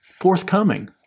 forthcoming